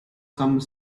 some